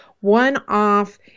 one-off